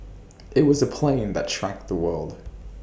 IT was the plane that shrank the world